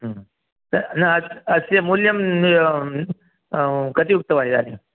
त् न अस्य मूल्यं कति उक्तवान् इदानीं